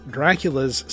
Draculas